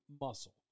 muscle